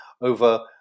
over